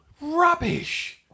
Rubbish